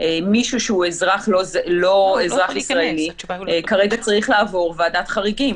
מישהו שהוא לא אזרח ישראלי כרגע צריך לעבור ועדת חריגים.